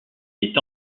est